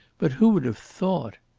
but who would have thought?